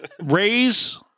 raise